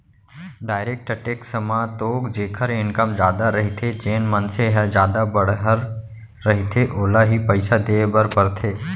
direct tax म तो जेखर इनकम जादा रहिथे जेन मनसे ह जादा बड़हर रहिथे ओला ही पइसा देय बर परथे